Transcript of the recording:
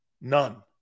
none